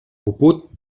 puput